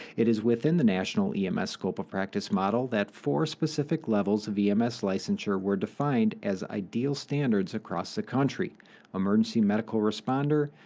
it is within the national ems scope of practice model that four specific levels of ems licensure were defined as ideal standards across the country emergency medical responder,